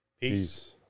Peace